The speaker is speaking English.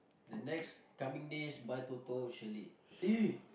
the next coming days buy Toto surely